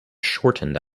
shortened